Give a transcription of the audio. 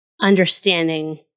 understanding